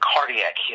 Cardiac